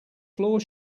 floor